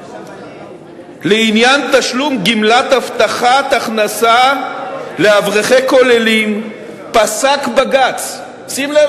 "לעניין תשלום גמלת הבטחת הכנסה לאברכי כוללים פסק בג"ץ" שים לב,